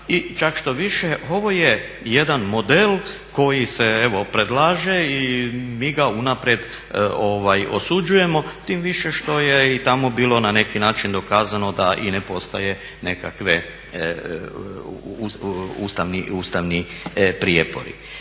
I čak štoviše ovo je jedan model koji se evo predlaže i mi ga unaprijed osuđujemo, tim više što je i tamo bilo na neki način dokazano da i ne postoje nekakvi ustavni prijepori.